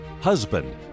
husband